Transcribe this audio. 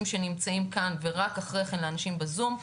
שנמצאים כאן ורק אחרי כן לאנשים בזום,